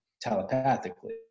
telepathically